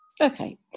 Okay